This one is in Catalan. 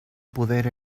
poder